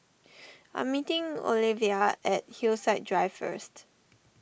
I am meeting Olevia at Hillside Drive first